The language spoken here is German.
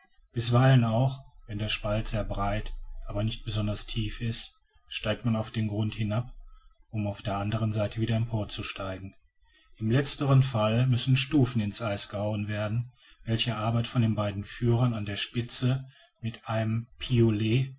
bisweilen auch wenn der spalt sehr breit aber nicht besonders tief ist steigt man auf den grund hinab um auf der anderen seite wieder emporzusteigen in letzterem fall müssen stufen in's eis gehauen werden welche arbeit von den beiden führern an der spitze mit einem piolet